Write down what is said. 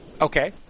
Okay